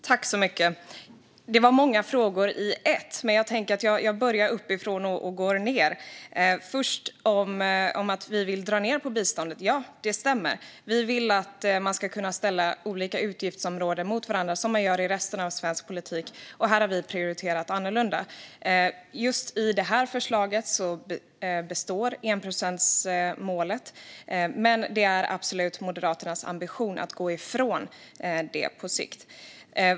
Fru talman! Det var många frågor i en. Men jag börjar uppifrån och går nedåt, först om att vi vill dra ned på biståndet. Ja, det stämmer. Vi vill att man ska kunna ställa olika utgiftsområden mot varandra, som man gör i resten av svensk politik, och här har vi prioriterat annorlunda. I just det här förslaget består enprocentsmålet, men det är absolut Moderaternas ambition att gå ifrån det på sikt.